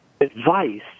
advice